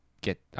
get